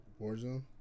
Warzone